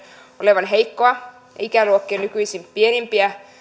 olevan heikkoa ja ikäluokkien nykyisin pienempiä